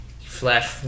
flash